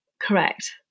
correct